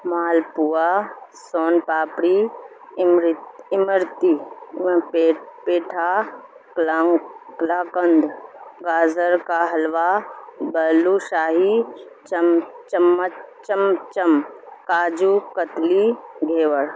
مال پووا سون پاپڑی امرت امرتی پیٹ پیٹھا کلاں کلاکند گازر کا حلوہ بالو شاہی چم چمچ چمچم کاجو کتلی گڑوڑ